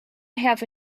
have